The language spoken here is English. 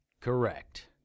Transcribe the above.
Correct